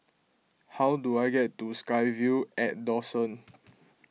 how do I get to SkyVille at Dawson